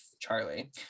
Charlie